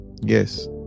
yes